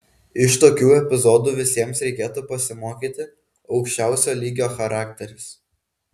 iš tokių epizodų visiems reikėtų pasimokyti aukščiausio lygio charakteris